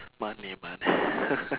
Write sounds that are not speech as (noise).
money mone~ (laughs)